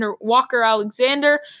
Walker-Alexander